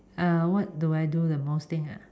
err what do I do the most thing ah